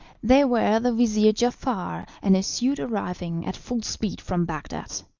they were the vizir giafar and his suite arriving at full speed from bagdad.